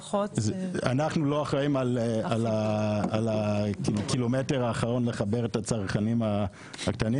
אנחנו לא אחראים על הקילומטר האחרון לחבר את הצרכנים הקטנים.